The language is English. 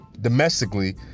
domestically